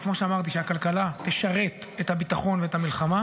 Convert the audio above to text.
וכמו שאמרתי: שהכלכלה תשרת את הביטחון ואת המלחמה,